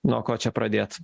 nuo ko čia pradėt